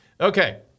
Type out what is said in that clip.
Okay